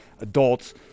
adults